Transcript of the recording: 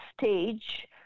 stage